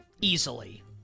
easily